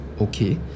okay